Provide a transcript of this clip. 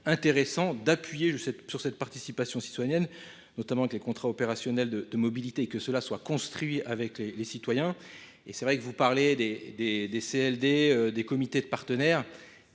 intéressant d'appuyer sur sur cette participation citoyenne, notamment avec les contrats opérationnels, de de mobilité et que cela soit construit avec les citoyens et c'est vrai que vous parlez des des des L d des comités, de partenaires.